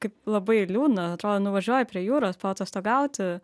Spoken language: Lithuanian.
kaip labai liūdna atrodo nuvažiuoji prie jūros paatostogauti